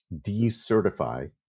decertify